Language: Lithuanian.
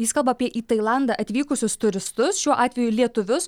jis kalba apie į tailandą atvykusius turistus šiuo atveju lietuvius